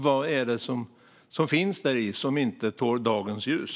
Vad är det som finns däri som inte tål dagens ljus?